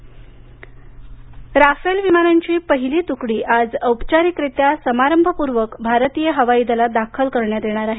Rafale Rafale विमानांची पहिली तुकडी आज औपचारिक रित्या समारंभपूर्वक भारतीय हवाईदलात दाखल करण्यात येणार आहे